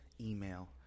email